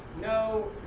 no